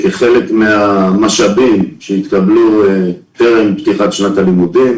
כחלק מהמשאבים שהתקבלו טרם פתיחת שנת הלימודים